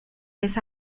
vez